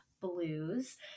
blues